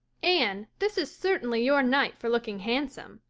anne, this is certainly your night for looking handsome.